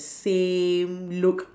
same look